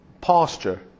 pasture